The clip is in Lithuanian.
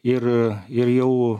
ir ir jau